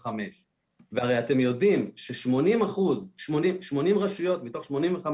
והרי אתם יודעים ש-80 רשויות מתוך 85